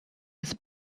his